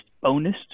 bonus